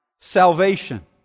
Salvation